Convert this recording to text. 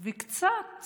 וקצת